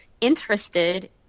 interested